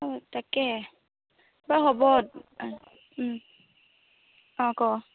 অঁ তাকে বাৰু হ'ব অঁ ক